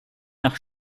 nach